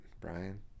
Brian